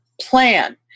plan